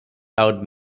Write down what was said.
out